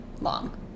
long